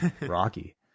Rocky